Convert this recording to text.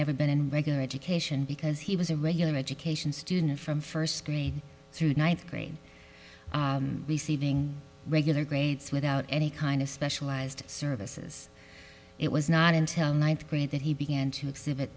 never been in regular education because he was a regular education student from first screen through ninth grade receiving regular grades without any kind of specialized services it was not until ninth grade that he began to exhibit